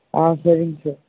ஆ சரிங்க சார்